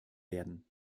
werden